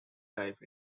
life